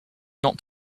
not